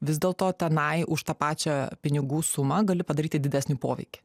vis dėl to tenai už tą pačią pinigų sumą gali padaryti didesnį poveikį